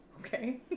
Okay